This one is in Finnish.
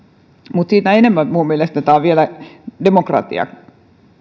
mutta sitä enemmän tämä on minun mielestäni vielä demokratia